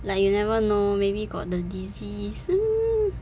like you never know maybe got the disease